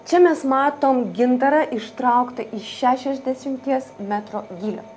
čia mes matom gintarą ištrauktą iš šešiasdešimties metro gylio